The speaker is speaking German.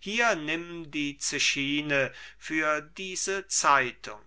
hier nimm die zechine für diese zeitung